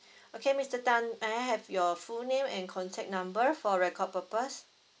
okay mister tan can I have your full name and contact number for record purpose